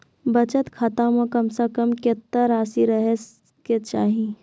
बचत खाता म कम से कम कत्तेक रासि रहे के चाहि?